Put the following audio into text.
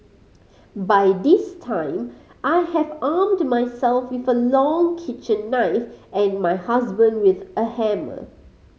by this time I have armed myself with a long kitchen knife and my husband with a hammer